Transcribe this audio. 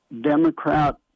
Democrat